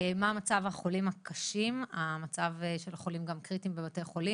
מה מצב החולים הקשים וגם המצב של חולים קריטיים בבתי חולים,